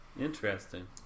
Interesting